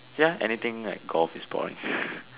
ya anything like golf is boring